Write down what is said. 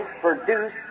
produce